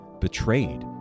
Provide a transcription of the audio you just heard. betrayed